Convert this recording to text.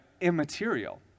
immaterial